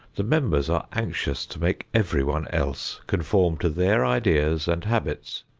the members are anxious to make everyone else conform to their ideas and habits.